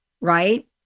right